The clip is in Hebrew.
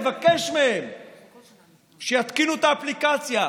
לבקש מהם שיתקינו את האפליקציה,